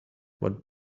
what